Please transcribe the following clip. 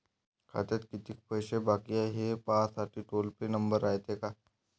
खात्यात कितीक पैसे बाकी हाय, हे पाहासाठी टोल फ्री नंबर रायते का?